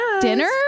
dinner